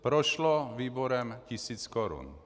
Prošlo výborem tisíc korun.